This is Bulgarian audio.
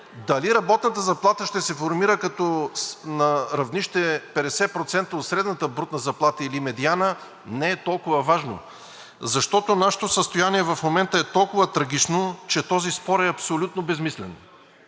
дали работната заплата ще се формира на равнище 50% от средната брутна заплата, или медианна, не е толкова важно, защото нашето състояние в момента е толкова трагично, че този спор е абсолютно безсмислен.